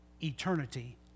eternity